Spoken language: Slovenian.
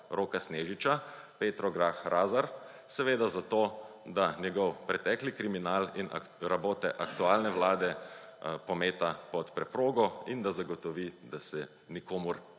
Roka Snežiča Petro Grah Lazar, seveda zato, da njegov pretekli kriminal in rabote aktualne vlade pometa pod preprogo in da zagotovi, da se nikomur